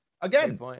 Again